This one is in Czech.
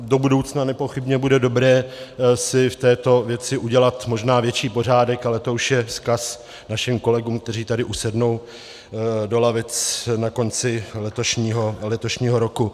Do budoucna nepochybně bude dobré si v této věci udělat možná větší pořádek, ale to už je vzkaz našim kolegům, kteří tady usednou do lavic na konci letošního roku.